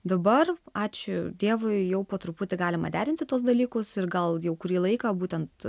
dabar ačiū dievui jau po truputį galima derinti tuos dalykus ir gal jau kurį laiką būtent